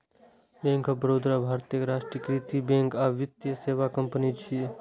bank of Baroda भारतक राष्ट्रीयकृत bank आ वित्तीय सेवा कंपनी छियै